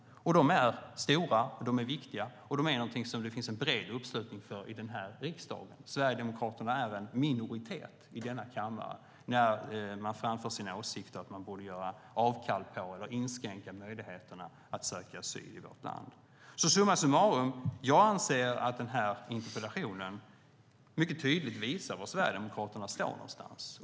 De är stora, de är viktiga, och det finns en bred uppslutning kring dem i riksdagen. Sverigedemokraterna är en minoritet i denna kammare när de framför sina åsikter om att vi borde göra avkall på eller inskränka möjligheterna att söka asyl i vårt land. Summa summarum: Jag anser att interpellationen mycket tydligt visar var Sverigedemokraterna står.